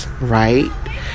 Right